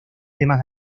temas